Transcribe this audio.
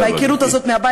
וההיכרות הזאת מהבית